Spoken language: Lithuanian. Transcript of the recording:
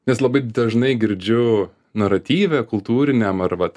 nes labai dažnai girdžiu naratyve kultūriniam ar vat